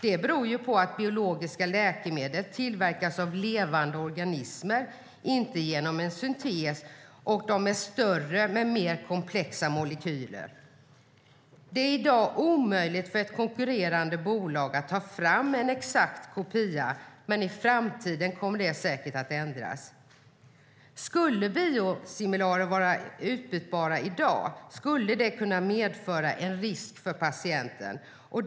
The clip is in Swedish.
Det beror på att biologiska läkemedel tillverkas av levande organismer, inte genom en syntes, och de är större med mer komplexa molekyler. Det är i dag omöjligt för ett konkurrerande bolag att ta fram en exakt kopia, men i framtiden kommer det säkert att ändras. Skulle biosimilarer vara utbytbara i dag, skulle det kunna medföra en risk för patienten.